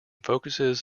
focuses